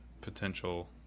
potential